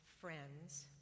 friends